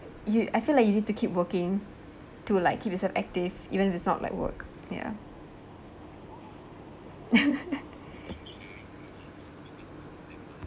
you I feel like you need to keep working to like keep yourself active even if it's not like work ya